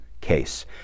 case